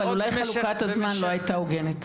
אבל אולי חלוקת הזמן לא הייתה הוגנת.